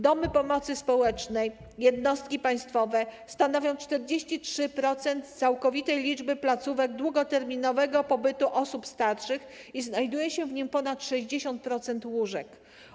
Domy pomocy społecznej, jednostki państwowe stanowią 43% całkowitej liczby placówek długoterminowego pobytu osób starszych i znajduje się w nim ponad 60% łóżek.